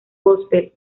gospel